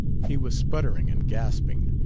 he was sputtering and gasping,